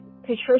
Patricia